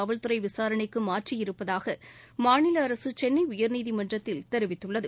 காவல்துறை விசாரணைக்கு மாற்றியிருப்பதாக மாநில அரசு சென்னை உயா்நீதிமன்றத்தில் தெரிவித்துள்ளது